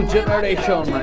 Generation